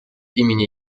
имени